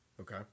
Okay